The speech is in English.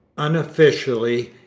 unofficially,